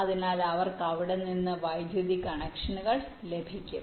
അതിനാൽ അവർക്ക് അവിടെ നിന്ന് വൈദ്യുതി കണക്ഷനുകൾ ലഭിക്കും